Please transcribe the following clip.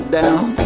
down